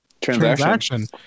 transaction